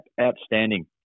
outstanding